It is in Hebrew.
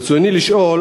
ברצוני לשאול: